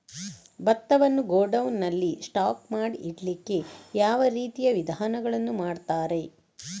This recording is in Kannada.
ಭತ್ತವನ್ನು ಗೋಡೌನ್ ನಲ್ಲಿ ಸ್ಟಾಕ್ ಮಾಡಿ ಇಡ್ಲಿಕ್ಕೆ ಯಾವ ರೀತಿಯ ವಿಧಾನಗಳನ್ನು ಮಾಡ್ತಾರೆ?